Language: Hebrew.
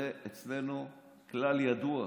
זה אצלנו כלל ידוע.